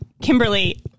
Kimberly